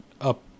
up